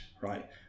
right